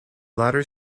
latter